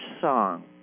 song